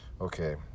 okay